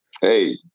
Hey